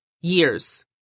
Years